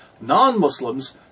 non-Muslims